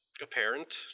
apparent